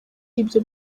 ibyo